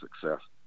success